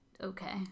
okay